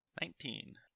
Nineteen